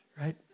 right